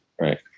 Right